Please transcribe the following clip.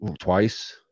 twice